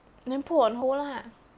then put on hold lah